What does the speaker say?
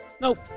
Nope